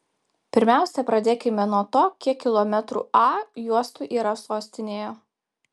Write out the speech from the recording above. pirmiausia pradėkime nuo to kiek kilometrų a juostų yra sostinėje